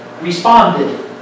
responded